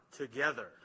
together